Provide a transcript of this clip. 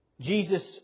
Jesus